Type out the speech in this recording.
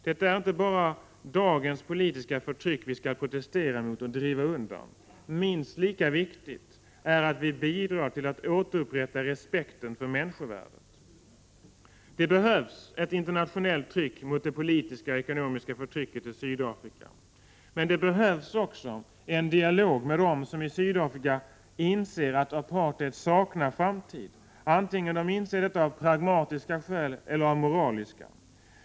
Det är inte bara dagens politiska förtryck vi skall protestera emot och driva undan. Minst lika viktigt är att vi bidrar till att återupprätta respekten för människovärdet. Det behövs ett internationellt tryck mot det politiska och ekonomiska förtrycket. Men det behövs också en dialog med dem som i Sydafrika inser att apartheid saknar framtid, vare sig de inser det av pragmatiska skäl eller av moraliska.